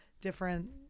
different